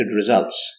results